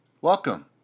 Welcome